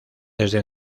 desde